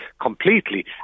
completely